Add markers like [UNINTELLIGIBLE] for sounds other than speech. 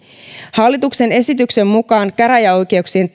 hallituksen esityksen mukaan käräjäoikeuksien [UNINTELLIGIBLE]